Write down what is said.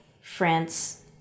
France